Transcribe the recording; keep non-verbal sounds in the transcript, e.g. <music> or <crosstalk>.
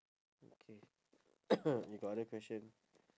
okay <coughs> you got other question